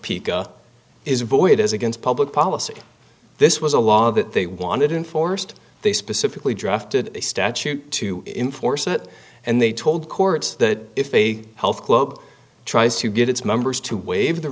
peak is void as against public policy this was a law that they wanted enforced they specifically drafted a statute to enforce that and they told courts that if they health club tries to get its members to waive the